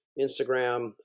Instagram